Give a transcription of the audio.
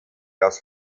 aus